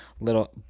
little